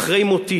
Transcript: "אחרי מותי